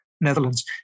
Netherlands